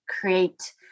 create